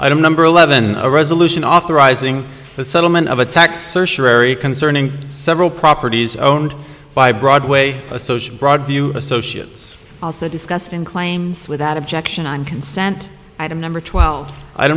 don't number eleven a resolution authorizing the settlement of attacks concerning several properties owned by broadway associate broadview associates also discussed in claims without objection on consent item number twelve i don't